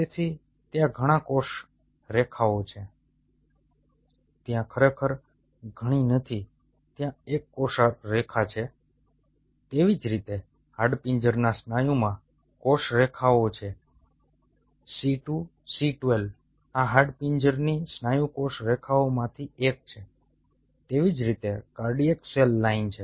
તેથી ત્યાં ઘણી કોષ રેખાઓ છે ત્યાં ખરેખર ઘણી નથી ત્યાં એક કોષ રેખા છે તેવી જ રીતે હાડપિંજરના સ્નાયુમાં કોષ રેખાઓ છે c 2 c 12 આ હાડપિંજરની સ્નાયુ કોષ રેખાઓમાંથી એક છે તેવી જ રીતે કાર્ડિયાક સેલ લાઇન છે